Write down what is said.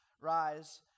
Rise